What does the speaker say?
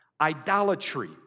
Idolatry